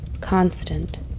constant